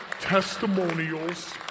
testimonials